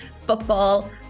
football